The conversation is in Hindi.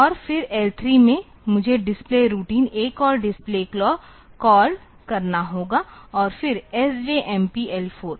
और फिर L3 में मुझे display routine ACALL display call करना होगा और फिर SJMP L4